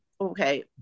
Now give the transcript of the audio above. okay